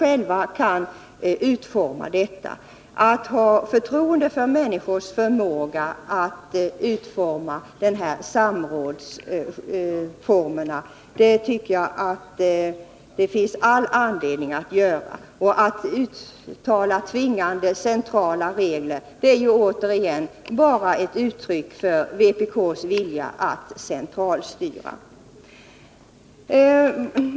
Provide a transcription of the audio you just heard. Jag tycker det finns all anledning att ha förtroende för människors förmåga att utforma de här samrådsformerna. Och att uttala sig för tvingande centrala regler är återigen ett uttryck för vpk:s önskan att centralstyra.